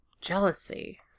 Jealousy